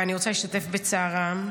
אני רוצה להשתתף בצערם.